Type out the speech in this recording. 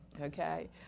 okay